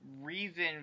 reason